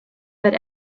but